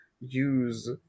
use